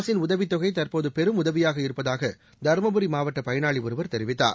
அரசின் உதவித்தொகை தற்போது பெரும் உதவியாக இருப்பதாக தருமபுரி மாவட்ட பயனாளி ஒருவர் தெரிவித்தார்